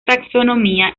taxonomía